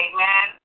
Amen